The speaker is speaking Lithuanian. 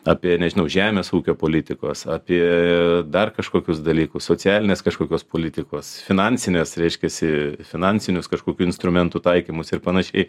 apie nežinau žemės ūkio politikos apie dar kažkokius dalykus socialinės kažkokios politikos finansinės reiškiasi finansinius kažkokių instrumentų taikymus ir panašiai